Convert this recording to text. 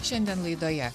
šiandien laidoje